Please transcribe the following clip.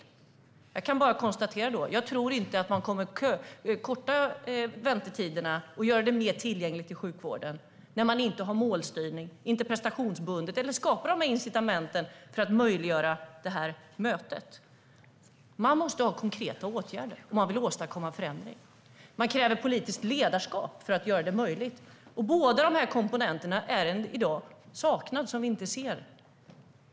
Då kan jag bara konstatera att jag inte tror att man kommer att korta väntetiderna och göra det mer tillgängligt i sjukvården när man inte har målstyrning, inte har prestationsbundet eller skapar incitament för att möjliggöra detta möte. Man måste ha konkreta åtgärder om man vill åstadkomma förändring. Man kräver politiskt ledarskap för att göra det möjligt. Båda de komponenterna är i dag något som vi saknar och inte ser.